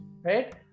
right